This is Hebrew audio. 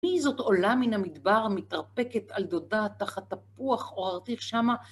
מי זאת עולה מן המדבר, מתרפקת על דודה, תחת תפוח עוררתיך שמה?